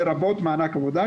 לרבות מענק עבודה,